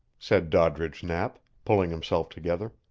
said doddridge knapp, pulling himself together.